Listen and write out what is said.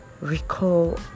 Recall